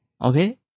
Okay